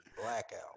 blackout